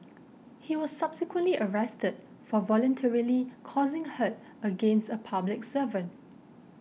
he was subsequently arrested for voluntarily causing hurt against a public servant